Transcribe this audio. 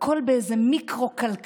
הכול באיזה מיקרו-כלכלה,